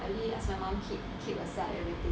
I already ask my mum keep keep aside already